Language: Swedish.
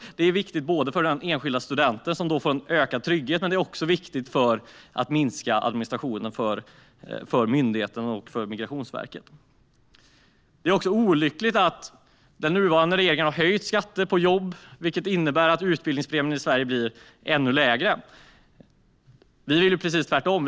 På det viset får enskilda studenter en ökad trygghet, men det är också viktigt för att minska myndigheternas och Migrationsverkets administration. Det är olyckligt att den nuvarande regeringen har höjt skatten på jobb, vilket innebär att utbildningspremien i Sverige blir ännu lägre. Vi vill göra precis tvärtom.